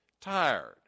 tired